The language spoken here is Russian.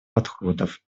подходов